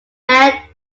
head